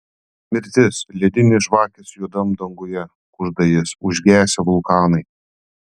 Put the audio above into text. mirtis ledinės žvakės juodam danguje kužda jis užgesę vulkanai